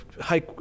high